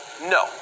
No